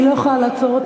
אני לא יכולה לעצור,